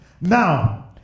Now